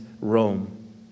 Rome